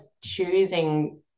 choosing